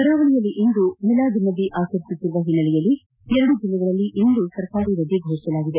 ಕರಾವಳಿಯಲ್ಲಿ ಇಂದು ಮಿಲಾದುನ್ನಬಿ ಆಚರಿಸುತ್ತಿರುವ ಹಿನ್ನೆಲೆಯಲ್ಲಿ ಎರಡು ಜಿಲ್ಲೆಗಳಲ್ಲಿ ಇಂದು ಸರಕಾರಿ ರಜೆ ಫೋಷಿಸಲಾಗಿದೆ